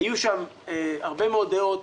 היו שם הרבה מאוד דעות,